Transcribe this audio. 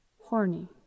Horny